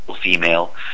female